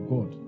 God